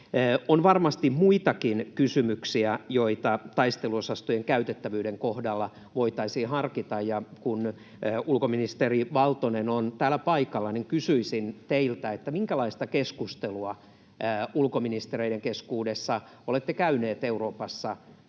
On varmasti muitakin kysymyksiä, joita taisteluosastojen käytettävyyden kohdalla voitaisiin harkita, ja kun ulkoministeri Valtonen on täällä paikalla, niin kysyisin teiltä: minkälaista keskustelua ulkoministereiden keskuudessa olette käyneet Euroopassa